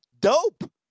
Dope